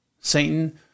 Satan